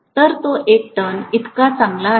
तर तो एका टर्न इतकाच चांगला आहे